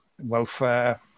welfare